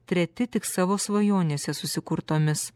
treti tik savo svajonėse susikurtomis